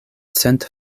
cent